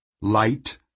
light